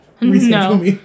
No